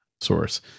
source